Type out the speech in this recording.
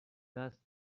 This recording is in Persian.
دست